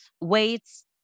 weights